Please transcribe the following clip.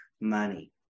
money